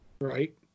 Right